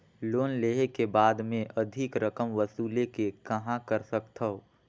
Loan लेहे के बाद मे अधिक रकम वसूले के कहां कर सकथव?